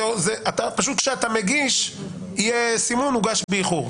איזשהו סימון שזה הוגש באיחור.